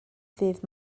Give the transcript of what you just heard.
ddydd